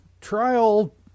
Trial